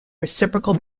reciprocal